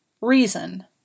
reason